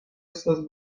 estas